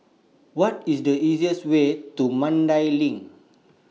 What IS The easiest Way to Mandai LINK